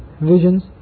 visions